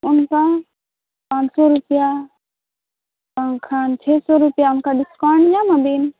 ᱚᱱᱠᱟ ᱯᱟᱱᱥᱚ ᱨᱩᱯᱤᱭᱟ ᱵᱟᱝ ᱠᱷᱟᱱ ᱪᱷᱚᱭᱥᱚ ᱨᱩᱯᱤᱭᱟ ᱚᱱᱠᱟ ᱰᱤᱥᱠᱟᱩᱱᱴ ᱧᱟᱢᱟᱵᱤᱱ